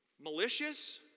malicious